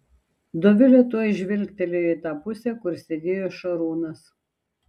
dovilė tuoj žvilgtelėjo į tą pusę kur sėdėjo šarūnas